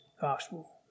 gospel